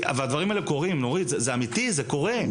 והדברים האלה קורים, נורית, זה אמיתי, זה קורה.